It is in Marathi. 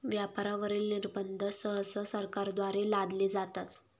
व्यापारावरील निर्बंध सहसा सरकारद्वारे लादले जातात